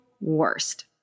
worst